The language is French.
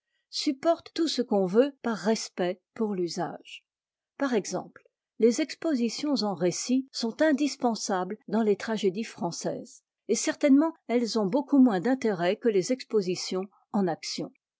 supportent tout ce qu'on veut par respect pour l'usage par exemple les expositions en récit sont indispensables dans les tragédies françaises et certainement elles ont beaucoup moins d'intérêt que les expositions en action